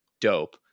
dope